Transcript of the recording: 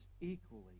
equally